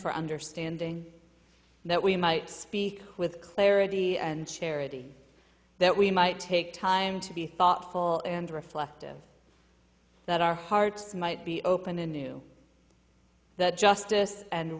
for understanding that we might speak with clarity and charity that we might take time to be thoughtful and reflective that our hearts might be open to new that justice and